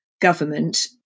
government